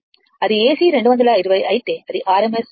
అది AC 220 అయితే అది RMS విలువని